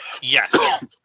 Yes